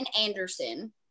anderson